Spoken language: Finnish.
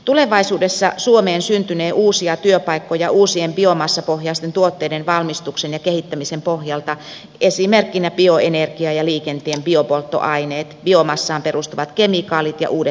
tulevaisuudessa suomeen syntynee uusia työpaikkoja uusien biomassapohjaisten tuotteiden valmistuksen ja kehittämisen pohjalta esimerkkinä bioenergia ja liikenteen biopolttoaineet biomassaan perustuvat kemikaalit ja uudet materiaalit